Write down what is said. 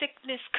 sickness